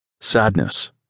Sadness